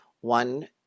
One